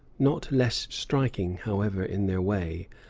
not less striking, however, in their way,